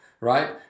Right